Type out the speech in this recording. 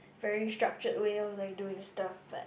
very structured way of like doing stuff but